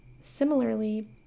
similarly